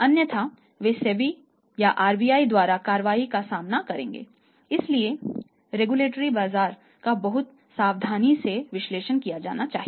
अन्यथा वे सेबी बाजार का बहुत सावधानी से विश्लेषण किया जाना चाहिए